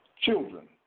Children